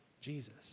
Jesus